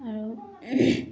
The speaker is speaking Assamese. আৰু